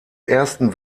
ersten